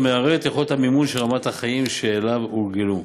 ומערערת את יכולת המימון של רמת החיים שאליה הורגלו.